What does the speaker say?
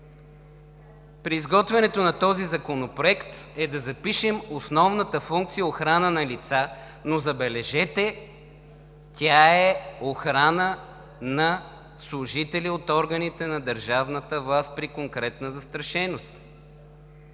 при изготвянето на този законопроект, е да запишем основната функция – охрана на лица, но, забележете, тя е охрана на служителите от органите на държавната власт при конкретна застрашеност.